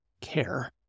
care